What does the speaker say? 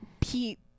Pete